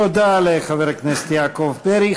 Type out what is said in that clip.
תודה לחבר הכנסת יעקב פרי.